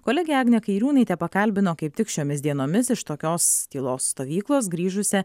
kolegė agnė kairiūnaitė pakalbino kaip tik šiomis dienomis iš tokios tylos stovyklos grįžusią